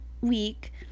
week